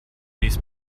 ließ